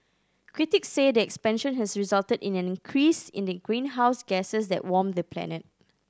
critics say the expansion has resulted in an increase in the greenhouse gases that warm the planet